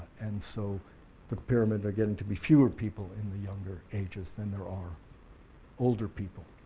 and so the pyramids are getting to be fewer people in the younger ages then there are older people.